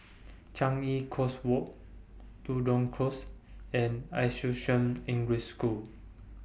Changi Coast Walk Tudor Close and Assumption English School